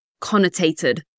connotated